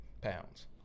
pounds